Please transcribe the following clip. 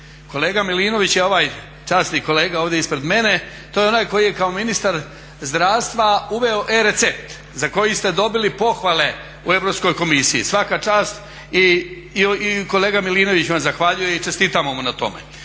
Kolega Milinović je ovaj časni kolega ovdje ispred mene, to je onaj koji je kao ministar zdravstva uveo e-recept za koji ste dobili pohvale u Europskoj komisiji. Svaka čast i kolega Milinović vam zahvaljuje i čestitamo mu na tome.